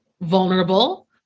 vulnerable